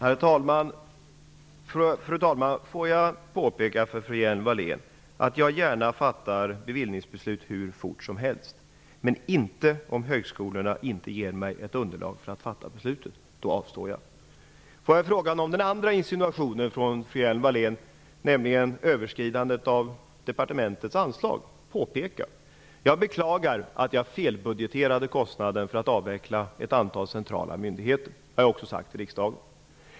Fru talman! Jag vill påpeka för fru Hjelm-Wallén att jag gärna fattar bevillningsbeslut hur fort som helst men inte om högskolorna inte ger mig ett underlag för att fatta beslutet. Då avstår jag. Wallén om överskridandet av departementets anslag vill jag säga att jag beklagar att jag felbudgeterade kostnaden för att avveckla ett antal centrala myndigheter. Det har jag också sagt till riksdagen.